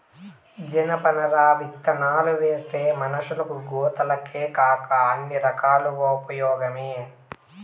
జనపనార విత్తనాలువేస్తే మనషులకు, గోతాలకేకాక అన్ని రకాలుగా ఉపయోగమే